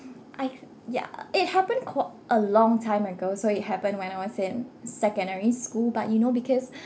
I yeah it happened quite a long time ago so it happened when I was in secondary school but you know because